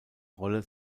rolle